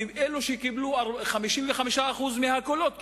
ואלה שקיבלו 55% מהקולות,